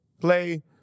play